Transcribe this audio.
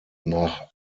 nach